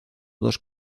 dos